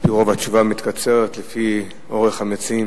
על-פי רוב התשובה מתקצרת לפי אורך דברי המציעים.